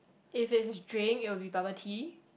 if it's drink it will be bubble tea